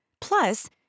Plus